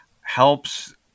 helps